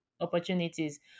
opportunities